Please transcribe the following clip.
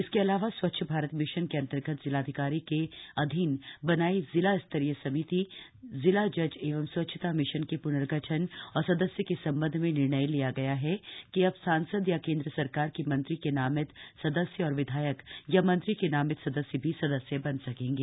इसके अलावा स्वच्छ भारत मिशन के अंतर्गत जिलाधिकारी के अधीन बनायी जिला स्तरीय समिति जिला जल एवं स्वच्छता मिशन के प्नर्गठन और सदस्य के सम्बन्ध में निर्णय लिया गया हैकि अब सांसद या केंद्र सरकार के मंत्री के नामित सदस्य और विधायक या मंत्री के नामित सदस्य भी सदस्य बन सकेंगे